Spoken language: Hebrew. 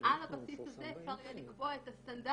על הבסיס הזה אפשר יהיה לקבוע את הסטנדרטים,